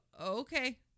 okay